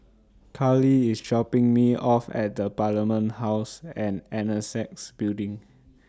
Karley IS dropping Me off At Parliament House and Annexe Building